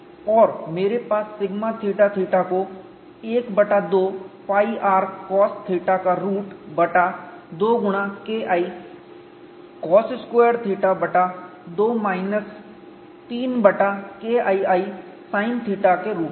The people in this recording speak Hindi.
और मेरे पास σθθ को 1 बटा 2 π r cosθ का रूट बटा 2 गुणा KICos2θ बटा 2 माइनस 3 बटा 2 KIISin θ के रूप में है